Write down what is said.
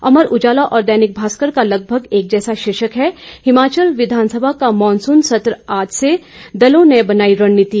अमर उजाला और दैनिक भास्कर का लगभग एक सा शीर्षक है हिमाचल विधानसभा का मानसून सत्र आज से दलों ने बनाई रणनीति